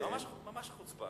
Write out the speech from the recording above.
ממש חוצפה.